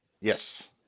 Yes